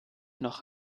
noch